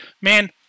man